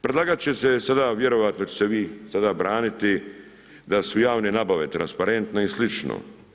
Predlagač će se sada, vjerojatno ćete se vi sada braniti da su javne nabave transparentne i slično.